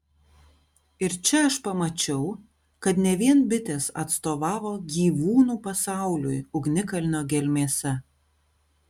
ir čia aš pamačiau kad ne vien bitės atstovavo gyvūnų pasauliui ugnikalnio gelmėse